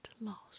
lost